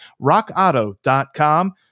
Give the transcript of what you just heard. RockAuto.com